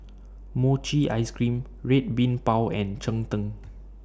Mochi Ice Cream Red Bean Bao and Cheng Tng